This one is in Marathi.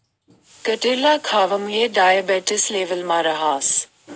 कटिरला खावामुये डायबेटिस लेवलमा रहास